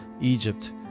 Egypt